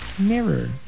mirror